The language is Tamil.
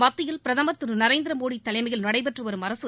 மத்தியில் பிரதமர் திரு நரேந்திரமோடி தலைமையில் நடைபெற்று வரும் அரசு